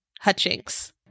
Hutchings